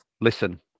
Listen